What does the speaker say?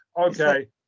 okay